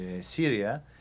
Syria